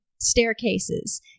staircases